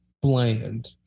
Bland